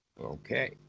Okay